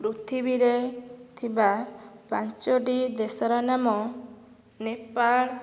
ପୃଥିବୀରେ ଥିବା ପାଞ୍ଚଟି ଦେଶର ନାମ ନେପାଳ